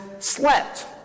slept